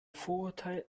vorurteil